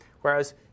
Whereas